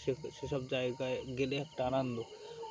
সে সেসব জায়গায় গেলে একটা আনন্দ